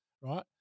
Right